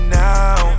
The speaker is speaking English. now